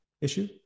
issue